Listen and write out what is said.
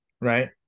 right